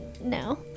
No